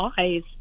eyes